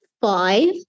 five